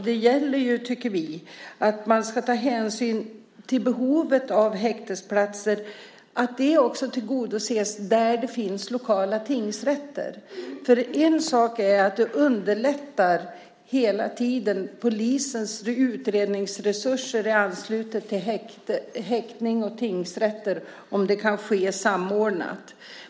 Det gäller ju, tycker vi, att man ska ta hänsyn till behovet av häktesplatser så att det också tillgodoses där det finns lokala tingsrätter. En sak är att det hela tiden underlättar för polisens utredningsresurser i anslutning till häkte och tingsrätter om det kan ske samordnat.